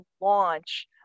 launch